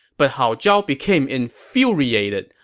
but hao zhao became infuriated.